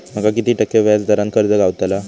माका किती टक्के व्याज दरान कर्ज गावतला?